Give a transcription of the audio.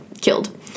killed